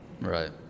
Right